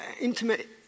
intimate